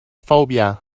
phobia